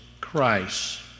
Christ